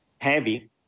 heavy